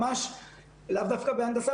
לאו דווקא בהנדסה,